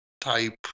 type